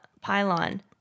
pylon